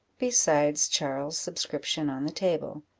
besides charles's subscription on the table.